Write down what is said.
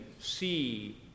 see